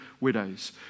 widows